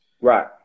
Right